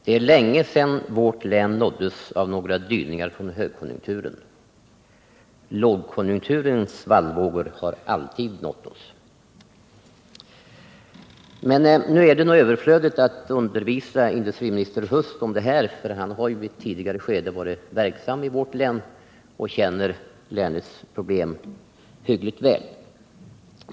Det är länge sedan vårt län nåddes av några dyningar från högkonjunkturen. Lågkonjunkturens svallvågor har däremot alltid nått OSS. Det är nog överflödigt att undervisa industriminister Huss om det här. Han har ju i ett tidigare skede varit verksam i vårt län och känner länets problem hyggligt väl.